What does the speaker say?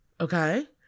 Okay